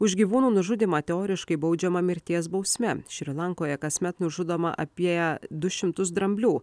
už gyvūnų nužudymą teoriškai baudžiama mirties bausme šri lankoje kasmet nužudoma apie du šimtus dramblių